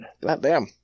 Goddamn